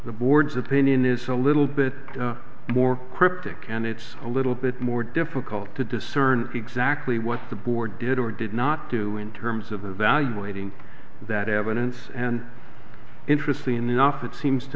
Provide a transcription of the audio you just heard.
the board's opinion is a little bit more cryptic and it's a little bit more difficult to discern exactly what the board did or did not do in terms of evaluating that evidence and interested in the enough it seems to